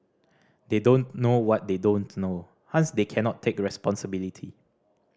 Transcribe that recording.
they don't know what they don't know hence they cannot take responsibility